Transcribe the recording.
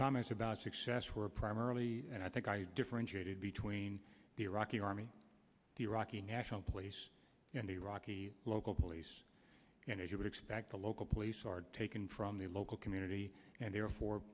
comments about success were primarily and i think i differentiated between the rockey army the iraqi national place and iraqi local police and if you would expect the local police are taken from the local community and therefore